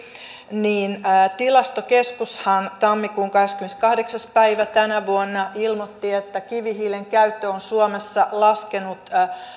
niin tilastokeskushan tammikuun kahdeskymmeneskahdeksas päivä tänä vuonna ilmoitti että kivihiilen käyttö on suomessa laskenut